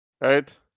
Right